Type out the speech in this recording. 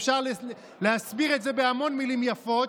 אפשר להסביר את זה בהמון מילים יפות,